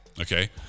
okay